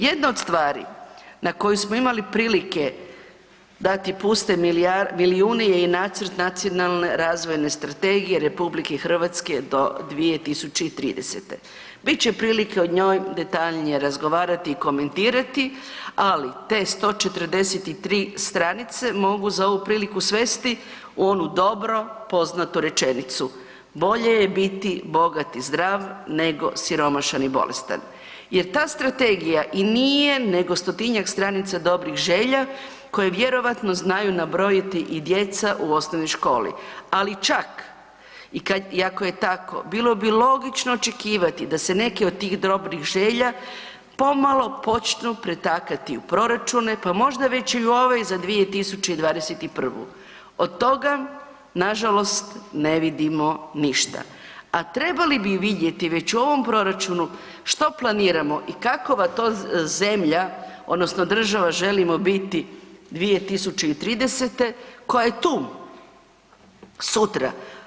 Jedna od stvari na koju smo imali prilike dati puste milijune je Nacrt nacionalne razvojne strategije RH do 2030., bit će prilike o njoj detaljnije razgovarati i komentirati, ali te 143 stranice mogu za ovu priliku svesti u ono dobro poznatu rečenicu, bolje je biti bogat i zdrav nego siromašan i bolestan jer ta strategija i nije nego stotinjak stranica dobrih želja koje vjerojatno znaju nabrojati i djeca u osnovnoj školi, ali čak i kad, i ako je tako, bilo bi logično očekivati da se neki od tih drobnih želja pomalo počnu pretakati u proračune pa možda već i u ovoj za 2021., od toga nažalost ne vidimo ništa, a trebali bi vidjeti već u ovom proračunu, što planiramo i kakova to zemlja, odnosno država želimo biti 2030., koja je tu, sutra.